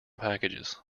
packages